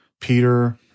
Peter